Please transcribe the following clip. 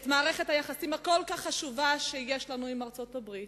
את מערכת היחסים החשובה כל כך שיש לנו עם ארצות-הברית?